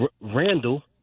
Randall